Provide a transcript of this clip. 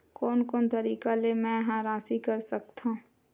कोन कोन तरीका ले मै ह राशि कर सकथव?